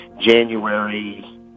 January